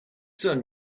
son